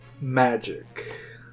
magic